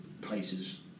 places